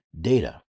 data